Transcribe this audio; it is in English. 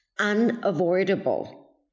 Unavoidable